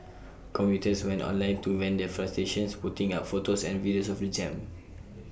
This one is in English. commuters went online to vent their frustrations putting up photos and videos of the jam